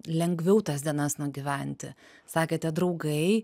lengviau tas dienas nugyventi sakėte draugai